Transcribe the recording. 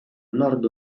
nord